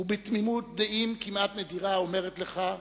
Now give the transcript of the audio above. ובתמימות דעים כמעט נדירה אומרת לך: